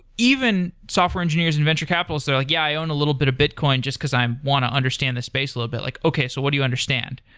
even software engineers and venture capitalists are like, yeah, i own a little bit of bitcoin just because i want to understand this space a little bit. like okay. so what do you understand?